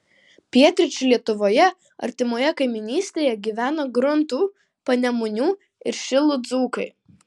pietryčių lietuvoje artimoje kaimynystėje gyvena gruntų panemunių ir šilų dzūkai